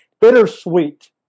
bittersweet